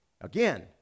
Again